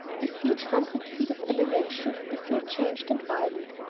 with each hundred feet of elevation, the view changed and widened.